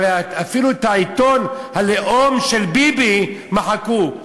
הרי אפילו את עיתון הלאום של ביבי מחקו,